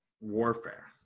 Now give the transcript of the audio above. Warfare